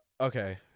okay